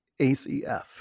ACF